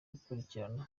gukurikirana